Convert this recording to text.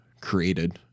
created